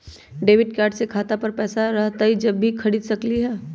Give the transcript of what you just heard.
Debit card से खाता पर पैसा रहतई जब ही खरीद सकली ह?